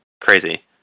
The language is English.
crazy